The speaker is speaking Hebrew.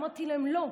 אמרתי להם: לא,